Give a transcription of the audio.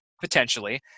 potentially